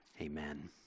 Amen